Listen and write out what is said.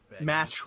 match